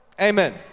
amen